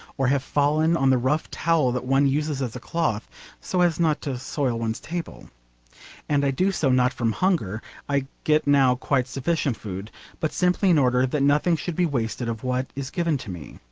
or have fallen on the rough towel that one uses as a cloth so as not to soil one's table and i do so not from hunger i get now quite sufficient food but simply in order that nothing should be wasted of what is given to me.